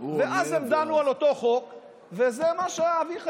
ואז הם דנו על אותו חוק וזה מה שאביך,